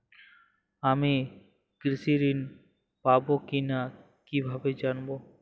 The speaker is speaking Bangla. আমি কৃষি ঋণ পাবো কি না কিভাবে জানবো?